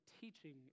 teaching